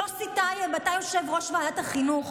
יוסי טייב, אתה יושב-ראש ועדת החינוך.